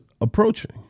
approaching